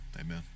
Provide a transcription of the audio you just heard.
Amen